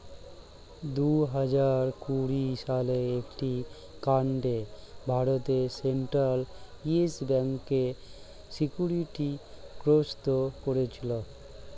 দুহাজার কুড়ি সালের একটি কাণ্ডে ভারতের সেন্ট্রাল ইয়েস ব্যাঙ্ককে সিকিউরিটি গ্রস্ত করেছিল